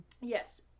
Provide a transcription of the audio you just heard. Yes